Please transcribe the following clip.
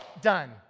done